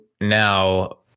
now